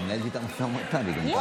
אבל את מנהלת איתה משא ומתן,